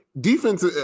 defense